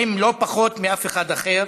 הם, לא פחות מאף אחד אחר,